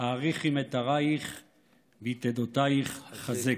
האריכי מיתריך ויתדותיך חזֵּקי".